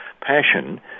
passion